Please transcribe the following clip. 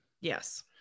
Yes